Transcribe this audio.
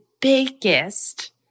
biggest